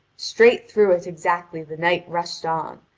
straight through it exactly the knight rushed on,